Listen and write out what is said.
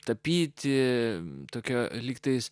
tapyti tokia lygtais